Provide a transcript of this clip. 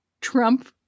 Trump